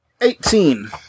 Eighteen